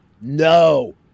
No